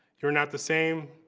you're not the same.